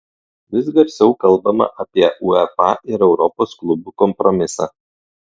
vis garsiau kalbama apie uefa ir europos klubų kompromisą